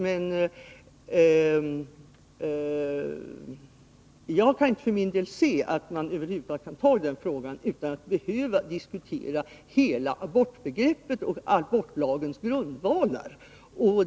Men jag kan för min del inte se att man över huvud taget kan ta i den frågan utan att diskutera hela abortbegreppet och abortlagens grundvalar.